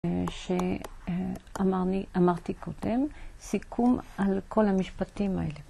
שאמר לי, אמרתי קודם, סיכום על כל המשפטים האלה.